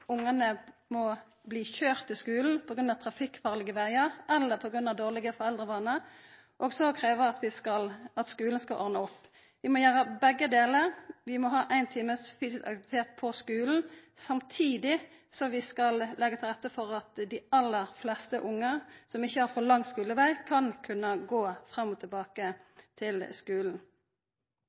ungane må bli køyrde til skulen på grunn av trafikkfarlege vegar eller på grunn av dårlege foreldrevanar, og så krevja at skulen skal ordna opp. Vi må gjera begge delar. Vi må ha ein times fysisk aktivitet på skulen kvar dag, samtidig som vi skal leggja til rette for at dei aller fleste ungane som ikkje har for lang skuleveg, kan gå fram og tilbake til skulen.